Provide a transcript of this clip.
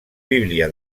bíblia